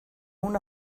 una